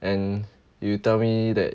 and you tell me that